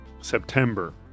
September